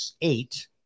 eight